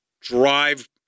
drive